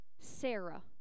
sarah